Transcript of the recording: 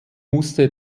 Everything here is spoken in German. musste